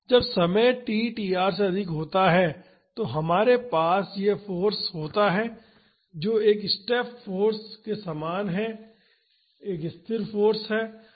जब समय t tr से अधिक होता है तो हमारे पास यह फाॅर्स होता है जो एक स्टेप फाॅर्स के समान एक स्थिर फाॅर्स होता है